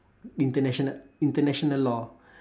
international international law